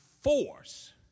force